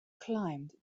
climbed